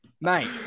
mate